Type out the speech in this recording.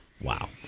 Wow